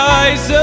eyes